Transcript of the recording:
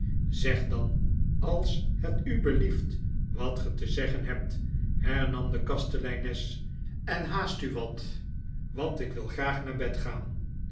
zeg dan als het u belieft wat ge te zeggen hebt hernam de kasteleines en haast u wat want ik wil graag naar bed gaan